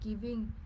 giving